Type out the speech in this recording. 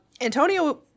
Antonio